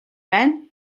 байна